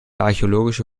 archäologische